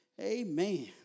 Amen